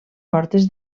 portes